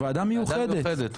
ועדה מיוחדת,